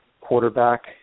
quarterback